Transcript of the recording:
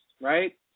right